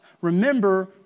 remember